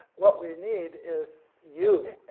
what we need is you!